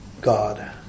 God